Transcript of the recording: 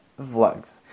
vlogs